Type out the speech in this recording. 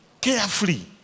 carefully